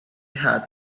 had